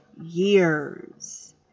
years